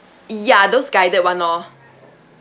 ya those guy that [one] lor